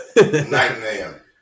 Nightmare